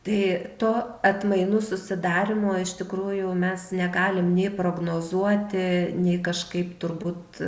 tai to atmainų susidarymo iš tikrųjų mes negalim nei prognozuoti nei kažkaip turbūt